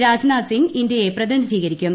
രാജ്നാഥ് സിങ്ങ് ഇന്ത്യയെ പ്രതിനിധീകരിക്കും